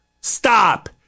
stop